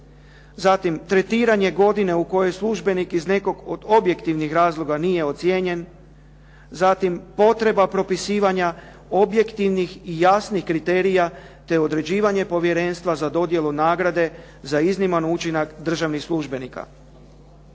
zatim tretiranje godine u kojoj službenik iz nekog od objektivnih razloga nije ocijenjen, zatim potreba propisivanja objektivnih i jasnih kriterija te određivanje povjerenstva za dodjelu nagrade za izniman učinak državnih službenika.